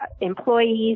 employees